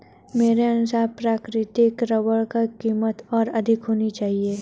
मेरे अनुसार प्राकृतिक रबर की कीमत और अधिक होनी चाहिए